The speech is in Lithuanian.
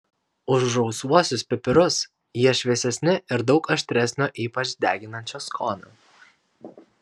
už rausvuosius pipirus jie šviesesni ir daug aštresnio ypač deginančio skonio